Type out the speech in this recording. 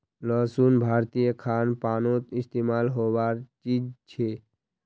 लहसुन भारतीय खान पानोत इस्तेमाल होबार चीज छे